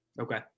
Okay